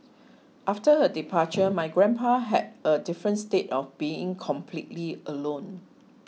after her departure my grandpa had a different state of being completely alone